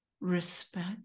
respect